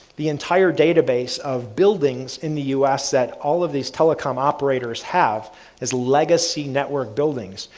the entire database of buildings in the us set. all of these telecom operators have as legacy network buildings,